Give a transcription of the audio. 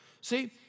See